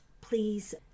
Please